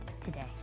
today